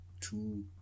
two